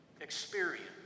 experience